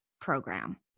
program